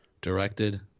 directed